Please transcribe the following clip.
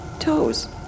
toes